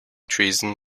treason